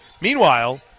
Meanwhile